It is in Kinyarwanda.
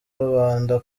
rubanda